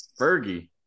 Fergie